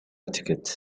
ticket